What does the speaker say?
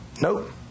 nope